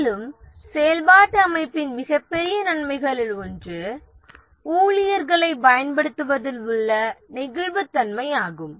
மேலும் செயல்பாட்டு அமைப்பின் மிகப்பெரிய நன்மைகளில் ஒன்று ஊழியர்களைப் பயன்படுத்துவதில் உள்ள நெகிழ்வுத்தன்மை ஆகும்